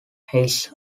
his